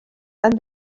and